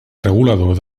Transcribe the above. regulador